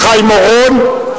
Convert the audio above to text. חיים אורון.